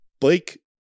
Blake